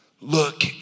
Look